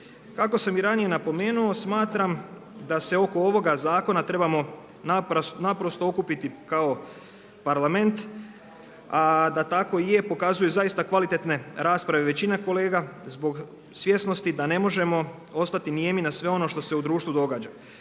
Kako sam i ranije napomenuo, smatram da se oko ovoga zakona trebamo naprosto okupiti kao Parlament, a da tako je pokazuju zaista kvalitetne rasprave. Većina kolega zbog svjesnosti da ne možemo ostati nijemi na sve ono što se u društvu događa.